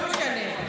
לא משנה.